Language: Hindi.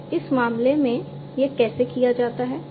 तो इस मामले में यह कैसे किया जाता है